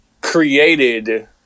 created